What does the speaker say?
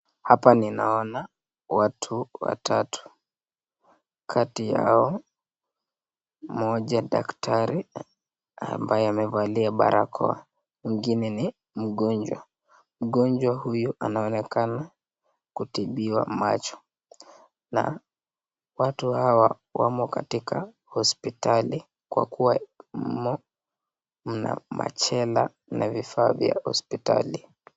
Hapa ninaona watu watatu kati yao, mmoja daktari ambaye amevalia barakoa mwingine ni mgonjwa , mgonjwa huyu anaonekana kutibiwa macho na watu hawa wamo katika hospitali kwa kuwa humo mna machela na vifaa hospitali.